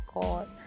God